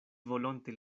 volonte